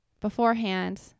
beforehand